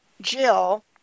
Jill